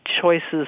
choices